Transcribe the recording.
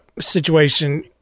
situation